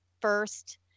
first –